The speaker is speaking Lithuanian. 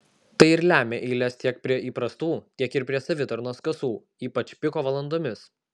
tai ir lemia eiles tiek prie įprastų tiek ir prie savitarnos kasų ypač piko valandomis